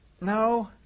No